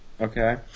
Okay